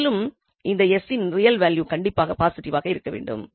மேலும் இந்த 𝑠இன் ரியல் வேல்யூ கண்டிப்பாக பாசிட்டிவாக இருக்கவேண்டும்